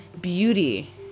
beauty